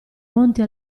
monte